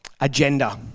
Agenda